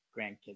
grandkids